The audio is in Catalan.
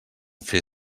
fer